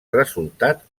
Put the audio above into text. resultat